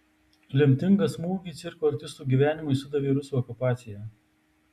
lemtingą smūgį cirko artistų gyvenimui sudavė rusų okupacija